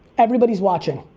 everybody's watching.